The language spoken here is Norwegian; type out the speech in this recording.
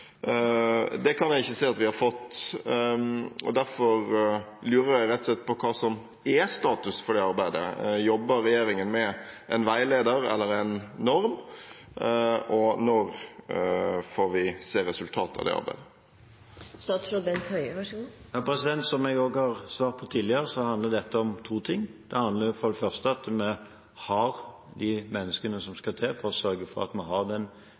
Det kan jeg ikke se at vi har fått. Derfor lurer jeg rett og slett på hva som er status for det arbeidet. Jobber regjeringen med en veileder eller en norm? Når får vi se resultatet av det arbeidet? Som jeg også har svart tidligere, handler dette om to ting. Det handler for det første om at vi har de menneskene som skal til for å sørge for at vi har